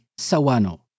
Sawano